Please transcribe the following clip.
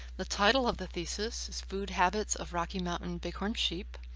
the title of the thesis is food habits of rocky mountain bighorn sheep.